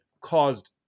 caused